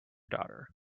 daughter